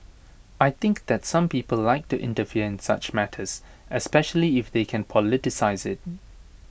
I think that some people like to interfere in such matters especially if they can politicise IT